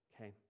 okay